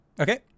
Okay